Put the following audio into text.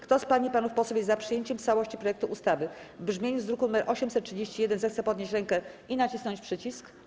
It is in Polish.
Kto z pań i panów posłów jest za przyjęciem w całości projektu ustawy w brzmieniu z druku nr 831, zechce podnieść rękę i nacisnąć przycisk.